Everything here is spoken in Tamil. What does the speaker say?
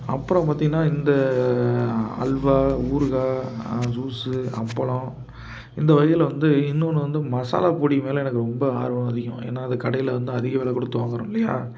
அப்புறம் பார்த்திங்கன்னா இந்த அல்வா ஊறுகாய் ஜூஸ் அப்பளம் இந்த வகையில் வந்து இன்னொன்று வந்து மசாலா பொடி மேலே எனக்கு ரொம்ப ஆர்வம் அதிகம் ஏன்னா அது கடையில் வந்து அதிக வெலை கொடுத்து வாங்குகிறோம் இல்லையா